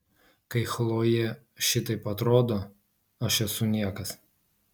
kai chlojė šitaip atrodo aš esu niekas